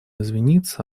извиниться